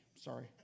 sorry